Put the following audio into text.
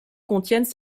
contiennent